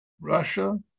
Russia